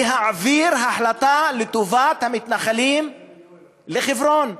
להעביר החלטה לטובת המתנחלים בחברון.